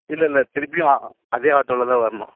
இல்லை இல்லை திருப்பியும் அதே ஆட்டோவில்தான் வரணும்